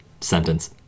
sentence